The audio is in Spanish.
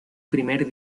primer